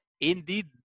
indeed